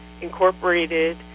incorporated